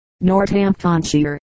Northamptonshire